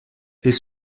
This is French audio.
est